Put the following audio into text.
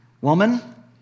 Woman